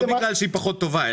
לא בגלל שהיא פחות טובה,